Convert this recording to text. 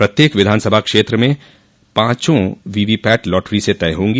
प्रत्येक विधानसभा क्षेत्र से पांचों वीवीपैट लॉटरी से तय होंगी